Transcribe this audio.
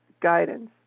guidance